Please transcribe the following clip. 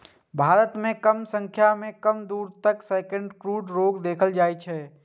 भारत मे कम सं कम दू तरहक सैकब्रूड रोग देखल जाइ छै